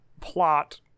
plot